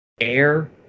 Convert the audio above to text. air